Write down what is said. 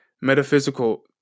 metaphysical